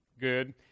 good